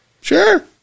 Sure